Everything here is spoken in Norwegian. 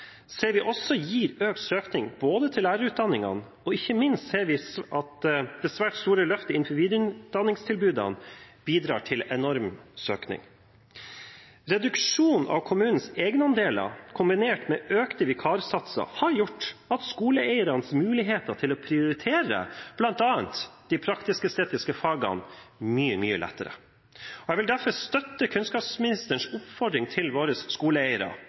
ser vi også gir økt søking til lærerutdanningene, og ikke minst ser vi at det svært store løftet innenfor videreutdanningstilbudene bidrar til enorm søkning. Reduksjonen av kommunens egenandeler kombinert med økte vikarsatser har gjort skoleeiernes muligheter til å prioritere bl.a. de praktisk-estetiske fagene mye lettere. Jeg vil derfor støtte kunnskapsministerens oppfordring til våre skoleeiere